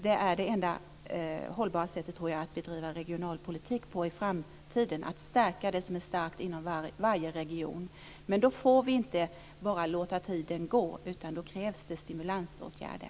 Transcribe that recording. Det är det enda hållbara sättet att bedriva regionalpolitik på i framtiden, att stärka det som är starkt inom varje region. Men då får vi inte bara låta tiden gå, utan då krävs det stimulansåtgärder.